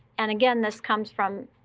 and again, this comes from